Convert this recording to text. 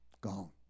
Gone